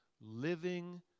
living